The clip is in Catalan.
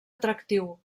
atractiu